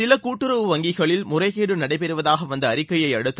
சில கூட்டுறவு வங்கிகளில் முறைகேடு நடைபெறவதாக வந்த அறிக்கையை அடுத்து